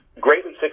greatly